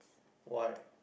why